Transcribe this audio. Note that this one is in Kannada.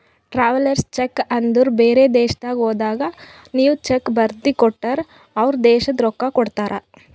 ಟ್ರಾವೆಲರ್ಸ್ ಚೆಕ್ ಅಂದುರ್ ಬೇರೆ ದೇಶದಾಗ್ ಹೋದಾಗ ನೀವ್ ಚೆಕ್ ಬರ್ದಿ ಕೊಟ್ಟರ್ ಅವ್ರ ದೇಶದ್ ರೊಕ್ಕಾ ಕೊಡ್ತಾರ